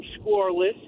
scoreless